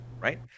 Right